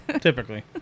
Typically